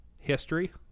history